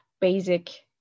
basic